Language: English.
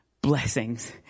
Blessings